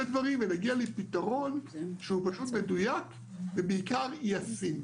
הדברים ונגיע לפתרון שהוא מדויק ובעיקר ישים.